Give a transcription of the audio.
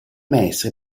maestri